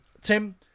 Tim